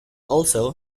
also